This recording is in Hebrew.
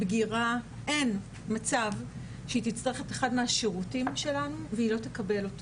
בגירה - אין מצב שהיא תצטרך את אחד מהשירותים שלנו והיא לא תקבל אותו.